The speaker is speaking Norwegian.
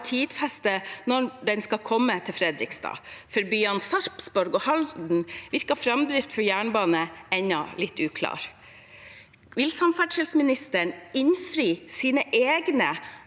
tidfeste når man skal komme ned til Fredrikstad. (…) For byene Sarpsborg og Halden virker framdrift for jernbane nå enda mer uklart.» Vil samferdselsministeren innfri sine egne